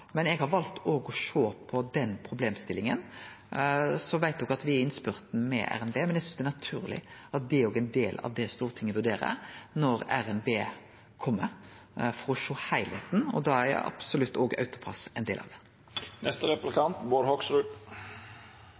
Men eg har valt òg å sjå på den problemstillinga. Me veit at me er i innspurten med RNB, men eg synest det er naturleg at det òg er ein del av det Stortinget vurderer når RNB kjem, for å sjå heilskapen. Da er absolutt òg AutoPASS ein del av